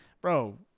bro